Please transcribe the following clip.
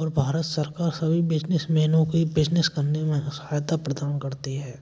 और भारत सरकार सभी बिजनेसमैनों की बिज़नेस करने में सहायता प्रदान करती है